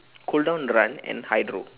cool down run and hydro